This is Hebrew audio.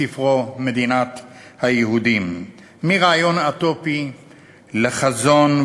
בספרו "מדינת היהודים" ומרעיון אוטופי לחזון,